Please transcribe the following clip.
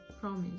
promise